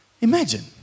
Imagine